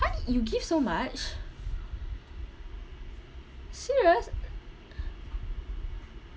how did you give so much serious